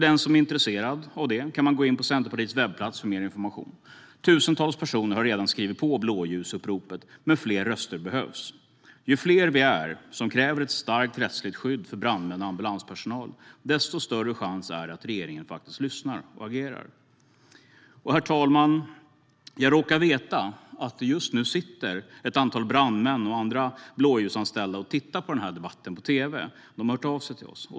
Den som är intresserad av det kan gå in på Centerpartiets webbplats och få mer information. Tusentals personer har redan skrivit på blåljusuppropet, men fler röster behövs. Ju fler vi är som kräver ett starkt rättsligt skydd för brandmän och ambulanspersonal, desto större chans är det att regeringen faktiskt lyssnar och agerar. Herr talman! Jag råkar veta att ett antal brandmän och andra blåljusanställda tittar på denna debatt på tv. De har hört av sig till oss.